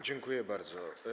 Dziękuję bardzo.